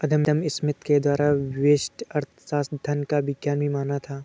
अदम Smith के द्वारा व्यष्टि अर्थशास्त्र धन का विज्ञान भी माना था